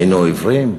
היינו עיוורים?